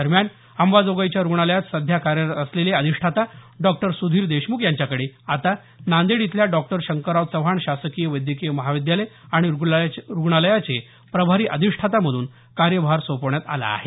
दरम्यान अंबाजोगाईच्या रुग्णालयात सध्या कार्यरत असलेले अधिष्ठाता डॉक्टर सुधीर देशमुख यांच्याकडे आता नांदेड इथल्या डॉक्टर शंकरराव चव्हाण शासकीय वैद्यकीय महाविद्यालय आणि रुग्णालयाचे प्रभारी अधिष्ठाता म्हणून कार्यभार सोपवण्यात आला आहे